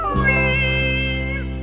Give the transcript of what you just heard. rings